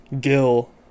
Gil